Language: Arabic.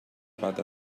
بعد